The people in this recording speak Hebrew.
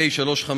התשע"ז 2016,